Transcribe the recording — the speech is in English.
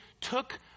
took